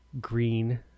green